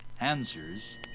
Answers